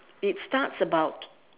it starts about